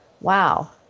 wow